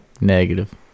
Negative